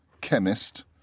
chemist